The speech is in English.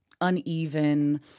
uneven